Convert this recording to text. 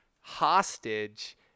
hostage